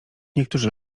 niektórzy